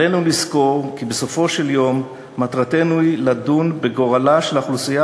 עלינו לזכור כי בסופו של דבר מטרתנו היא לדון בגורלה של האוכלוסייה